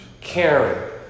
Karen